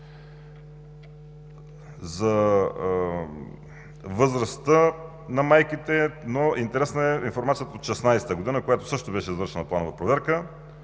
за възрастта на майките, но интересна е информацията от 2016 г., когато също беше извършена планова проверка